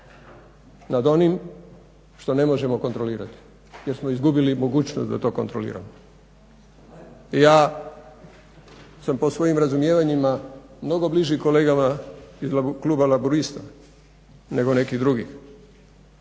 nad onim što ne možemo kontrolirati jer smo izgubili mogućnost da to kontroliramo. Ja sam po svojim razumijevanjima mnogo bliži kolegama iz kluba Laburista nego nekih drugih.